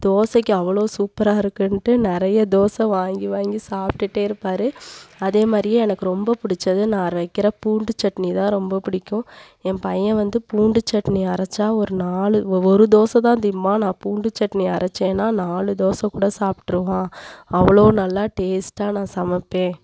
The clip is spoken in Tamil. தோசைக்கு அவ்வளோ சூப்பராக இருக்குன்ட்டு நிறைய தோசை வாங்கி வாங்கி சாப்டுகிட்டே இருப்பார் அதே மாதிரியே எனக்கு ரொம்ப பிடிச்சது நான் அரைக்கிற பூண்டு சட்னிதான் ரொம்ப பிடிக்கும் என் பையன் வந்து பூண்டு சட்னி அரச்சால் ஒரு நாலு ஒரு தோதைதான் தின்பான் நான் பூண்டு சட்னி அரச்சேன்னா நாலு தோசைக்கூட சாப்பிட்ருவான் அவ்வளோ நல்லா டேஸ்ட்டாக நான் சமைப்பேன்